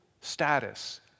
status